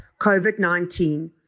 COVID-19